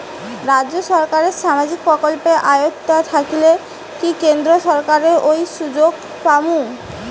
রাজ্য সরকারের সামাজিক প্রকল্পের আওতায় থাকিলে কি কেন্দ্র সরকারের ওই সুযোগ পামু?